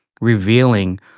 revealing